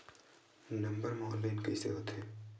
Number मा कइसे online होथे?